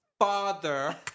Father